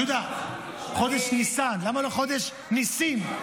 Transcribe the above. יהודה, חודש ניסן, למה לא חודש ניסים?